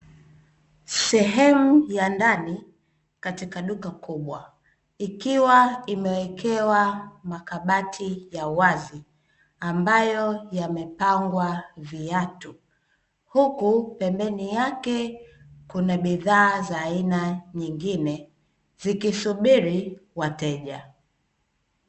Sehemu ya ndani katika duka kubwa, ikiwa imewekewa makabati ya wazi ambayo yamepangwa viatu, huku pembeni yake kuna bidhaa za aina nyingine zikisubiri wateja.